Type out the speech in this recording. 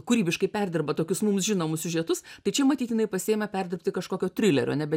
kūrybiškai perdirba tokius mums žinomus siužetus tai čia matyt jinai pasiima perdirbti kažkokio trilerio nebe